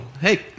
hey